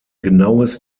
genaues